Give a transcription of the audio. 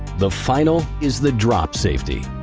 the final is the drop safety.